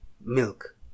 milk